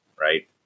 right